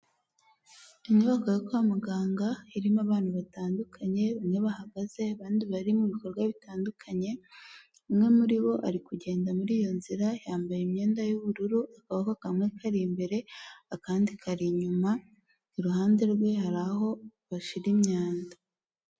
Inyubako ya kwa muganga irimo abantu batandukanye bamwe bahagaze abandi bari mu bikorwa bitandukanye umwe muribo ari kugenda muri iyo nzira yambaye imyenda y'ubururu agaboko kamwe kari imbere akandi kari inyuma iruhande rwe hari aho bashira imyanda.